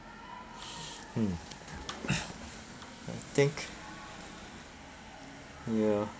mm I think ya